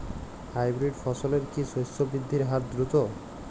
Hybrid ফসলের কি শস্য বৃদ্ধির হার দ্রুত?